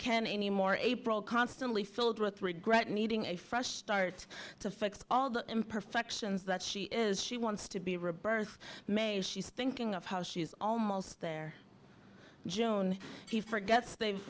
can anymore april constantly filled with regret needing a fresh start to fix all the imperfections that she is she wants to be rebirth may she's thinking of how she's almost there joan he forgets